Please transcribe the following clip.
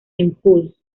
impulse